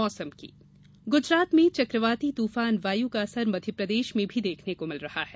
मौसम ग्रजरात में चकवाती तूफान वायू का असर मध्यप्रदेश में भी देखने को मिल रहा है